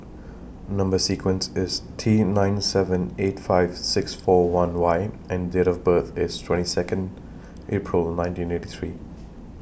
Number sequence IS T nine seven eight five six four one Y and Date of birth IS twenty Second April nineteen eighty three